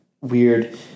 weird